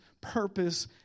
purpose